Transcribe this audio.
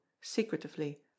secretively